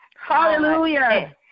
Hallelujah